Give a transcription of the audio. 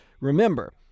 Remember